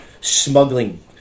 smuggling